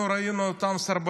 אנחנו ראינו את אותם סרבנים,